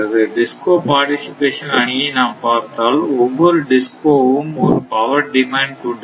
DISCO participation அணியை நாம் பார்த்தால் ஒவ்வொரு DISCO வும் ஒரு பவர் டிமாண்ட் கொண்டிருக்கும்